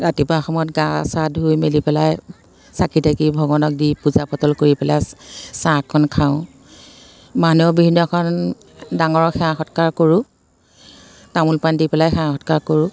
ৰাতিপুৱা সময়ত গা চা ধুই মেলি পেলাই চাকি তাকি ভগৱানক দি পূজা পাতল কৰি পেলাই চাহখন খাওঁ মানুহৰ বিহু দিনাখন ডাঙৰক সেৱা সৎকাৰ কৰোঁ তামোল পান দি পেলাই সেৱা সৎকাৰ কৰোঁ